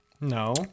No